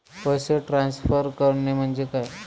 पैसे ट्रान्सफर करणे म्हणजे काय?